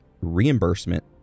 reimbursement